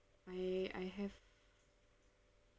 I I have